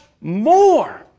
more